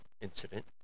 incident